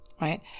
right